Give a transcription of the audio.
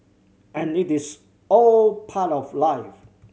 and it is all part of life